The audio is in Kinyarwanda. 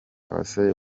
abasore